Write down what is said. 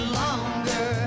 longer